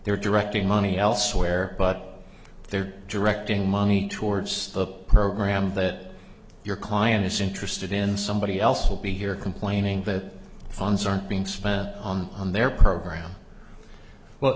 they're directing money elsewhere but they're directing money towards a program that your client is interested in somebody else will be here complaining that funds aren't being spent on their program well